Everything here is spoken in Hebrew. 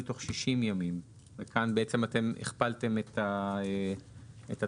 תוך 60 ימים וכאן אתם הכפלתם את התקופה.